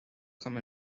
come